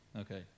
Okay